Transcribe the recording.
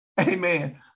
Amen